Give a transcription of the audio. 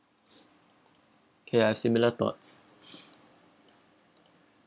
kay I have similar thoughts